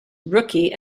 rookie